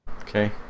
Okay